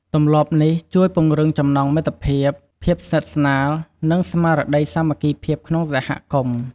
ទម្លាប់នេះជួយពង្រឹងចំណងមិត្តភាព ភាពស្និទ្ធស្នាល និងស្មារតីសាមគ្គីភាពក្នុងសហគមន៍។